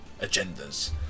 Agendas